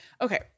Okay